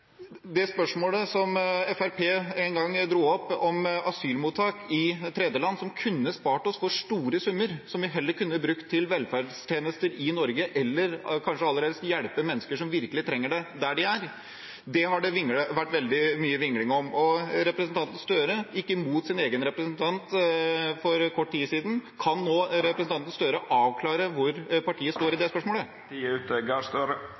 det spørsmålet som Fremskrittspartiet en gang dro opp om asylmottak i tredjeland, som kunne ha spart oss for store summer – som vi heller kunne brukt til velferdstjenester i Norge, eller kanskje aller helst hjelpe mennesker som virkelig trenger det, der de er – har det vært veldig mye vingling om. Representanten Støre gikk imot sin egen representant for kort tid siden. Kan nå representanten Støre avklare hvor partiet står i det